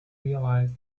realize